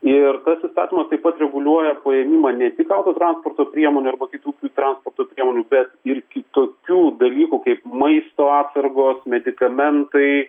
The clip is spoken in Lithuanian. ir tas įstatymas taip pat reguliuoja paėmimą ne tik auto transporto priemonių arba kitokių transporto priemonių bet ir kitokių dalykų kaip maisto atsargos medikamentai